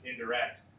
indirect